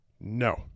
No